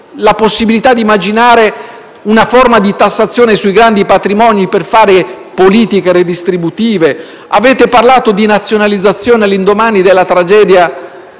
la possibilità di immaginare una forma di tassazione sui grandi patrimoni, per fare politiche redistributive. Avete parlato di nazionalizzazione, all'indomani della tragedia